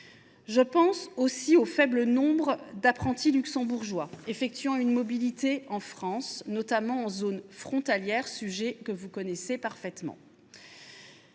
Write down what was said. que seul un faible nombre d’apprentis luxembourgeois effectuent une mobilité en France, notamment en zone frontalière. C’est là un sujet que vous connaissez parfaitement.